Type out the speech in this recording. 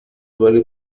vale